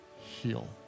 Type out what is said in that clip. heal